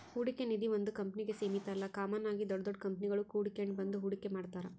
ಹೂಡಿಕೆ ನಿಧೀ ಒಂದು ಕಂಪ್ನಿಗೆ ಸೀಮಿತ ಅಲ್ಲ ಕಾಮನ್ ಆಗಿ ದೊಡ್ ದೊಡ್ ಕಂಪನಿಗುಳು ಕೂಡಿಕೆಂಡ್ ಬಂದು ಹೂಡಿಕೆ ಮಾಡ್ತಾರ